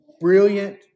brilliant